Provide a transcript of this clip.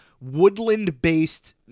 woodland-based